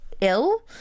ill